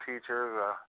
teachers